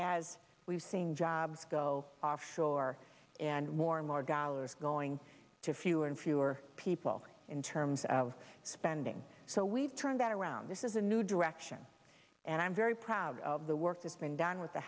as we've seen jobs go offshore and more and more dollars going to fewer and fewer people in terms of spending so we've turned that around this is a new direction and i'm very proud of the work that's been done with the